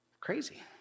Crazy